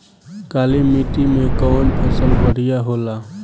काली माटी मै कवन फसल बढ़िया होला?